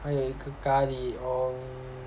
还有一个咖喱 um